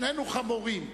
שנינו חמורים.